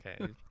Okay